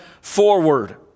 forward